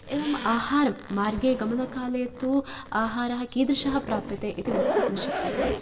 एवम् आहारं मर्गे गमनकाले तु आहारः कीदृशः प्राप्यते इति वक्तुं न शक्यते